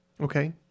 Okay